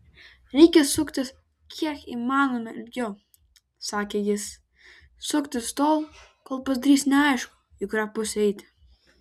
reikia suktis kiek įmanoma ilgiau sakė jis suktis tol kol pasidarys neaišku į kurią pusę eiti